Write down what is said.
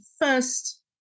first